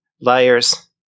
liars